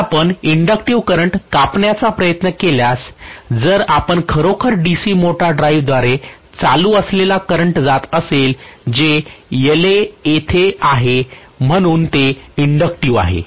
जर आपण inductive current कापण्याचा प्रयत्न केल्यास जर आपण खरोखर डीसी मोटर ड्राईव्हद्वारे चालू असलेले करंट जात असाल जे La तेथे आहे म्हणून ते इंडक्टिव्ह आहे